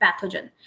pathogen